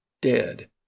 dead